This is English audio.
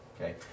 Okay